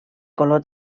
color